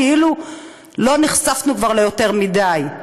כאילו לא נחשפנו ליותר מדי.